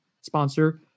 sponsor